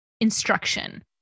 instruction